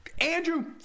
Andrew